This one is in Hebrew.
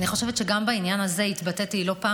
אני חושבת שגם בעניין הזה התבטאתי לא פעם